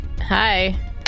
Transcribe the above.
Hi